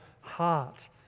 heart